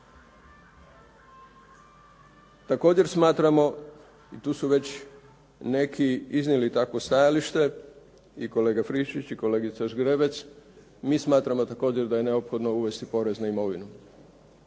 Također smatramo i tu su već neki iznijeli takvo stajalište, i kolega Friščić i kolegica Zgrebec, mi smatramo također da je neophodno uvesti porez na imovinu.